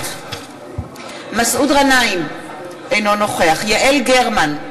נוכחת מסעוד גנאים, אינו נוכח יעל גרמן,